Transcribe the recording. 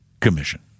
commission